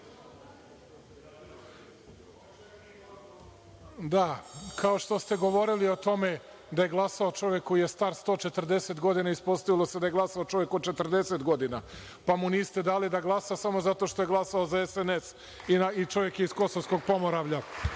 kao što ste govorili o tome da je glasao čovek koji je star 140 godina i ispostavilo se da je glasao čovek od 40 godina, pa mu niste dali da glasa samo zato što je glasao za SNS i čovek je iz Kosovskog Pomoravlja.